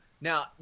Now